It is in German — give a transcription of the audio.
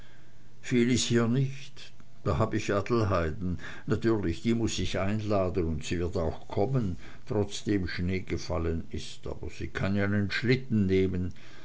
viel is hier nich da hab ich adelheiden natürlich die muß ich einladen und sie wird auch kommen trotzdem schnee gefallen ist aber sie kann ja nen schlitten nehmen